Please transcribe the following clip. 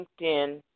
LinkedIn